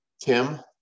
Kim